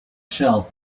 shelf